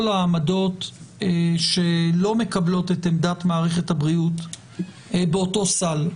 העמדות שלא מקבלות את עמדת מערכת הבריאות באותו סל.